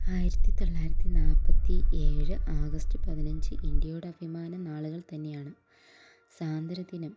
ആയിരത്തി തൊള്ളായിരത്തി നാൽപ്പത്തി ഏഴ് ആഗസ്റ്റ് പതിനഞ്ച് ഇന്ത്യയുടെ അഭിമാന നാളുകൾ തന്നെയാണ് സ്വാതന്ത്ര്യ ദിനം